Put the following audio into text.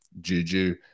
Juju